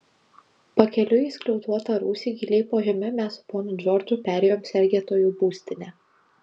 pakeliui į skliautuotą rūsį giliai po žeme mes su ponu džordžu perėjom sergėtojų būstinę